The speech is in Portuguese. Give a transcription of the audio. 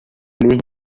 ler